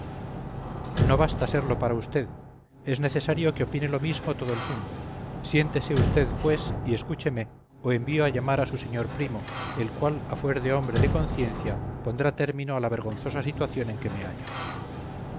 no basta serlo para usted es necesario que opine lo mismo todo el mundo siéntese usted pues y escúcheme o envío a llamar a su señor primo el cual a fuer de hombre de conciencia pondrá término a la vergonzosa situación en que me hallo